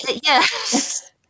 yes